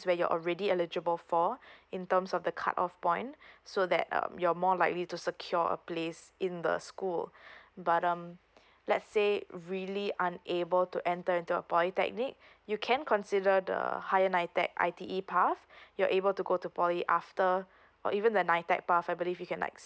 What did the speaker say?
where you're already eligible for in terms of the cut off point so that um you're more likely to secure a place in the school but um let's say really unable to enter into a polytechnic you can consider the higher nitec I_T_E path you're able to go to poly after or even the nitec path I believe you can like